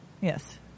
Yes